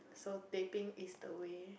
so teh peng is the way